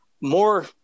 more